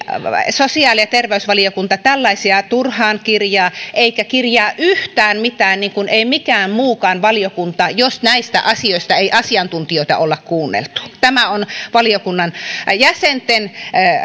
sosiaali ja terveysvaliokunta tällaisia turhaan kirjaa eikä kirjaa yhtään mitään niin kuin ei muukaan valiokunta jos näistä asioista ei asiantuntijoita olla kuunneltu tämä on valiokunnan jäsenten